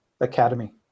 academy